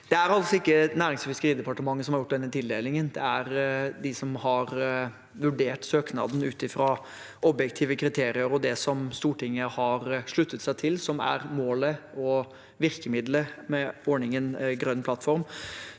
Det er ikke Nærings- og fiskeridepartementet som har gjort denne tildelingen. Det er de som har vurdert søknaden, ut fra objektive kriterier, og det som Stortinget har sluttet seg til, er målet og virkemiddelet med ordningen Grønn plattform.